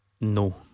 No